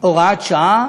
הוראת שעה,